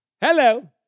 Hello